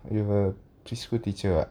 you preschool teacher [what]